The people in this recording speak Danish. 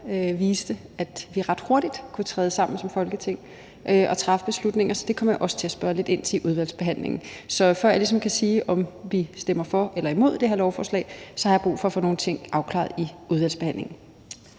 viste, at vi ret hurtigt kunne træde sammen som Folketing og træffe beslutninger, så det kommer jeg også til at spørge lidt ind til i udvalgsbehandlingen. Så før jeg ligesom kan sige, om vi stemmer for eller imod det her lovforslag, har jeg brug for at få nogle ting afklaret i udvalgsbehandlingen.